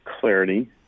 clarity